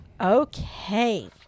Okay